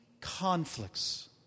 conflicts